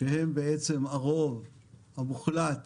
שהם בעצם הרוב המוחלט